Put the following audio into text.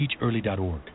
teachearly.org